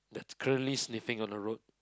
that's currently sniffing on the road